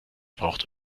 braucht